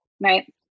Right